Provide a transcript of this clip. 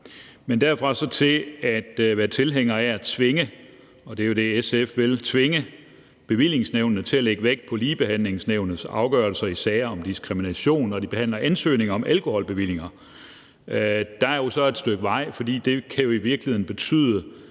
Men derfra og så til at være tilhænger af at tvinge – det er jo det, SF vil – bevillingsnævnene til at lægge vægt på Ligebehandlingsnævnets afgørelser i sager om diskrimination, når de behandler ansøgninger om alkoholbevillinger, er der et stykke vej, for det kan i virkeligheden betyde,